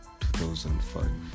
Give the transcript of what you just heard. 2005